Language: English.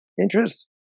interest